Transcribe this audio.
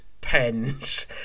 Pens